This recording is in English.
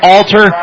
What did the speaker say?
Alter